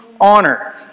honor